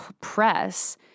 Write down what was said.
press